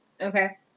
Okay